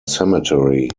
cemetery